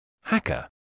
Hacker